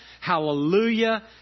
hallelujah